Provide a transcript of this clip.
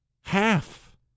half